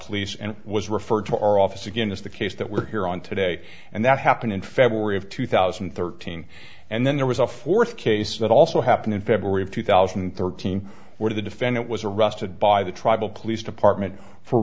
police and was referred to our office again as the case that we're here on today and that happened in february of two thousand and thirteen and then there was a fourth case that also happened in february of two thousand and thirteen where the defendant was arrested by the tribal police department for